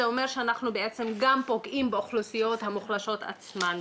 זה אומר שאנחנו בעצם גם פוגעים באוכלוסיות המוחלשות עצמן.